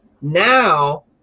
Now